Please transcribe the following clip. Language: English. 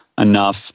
enough